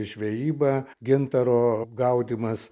žvejyba gintaro gaudymas